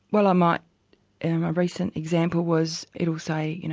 well i might my recent example was it'll say, you know,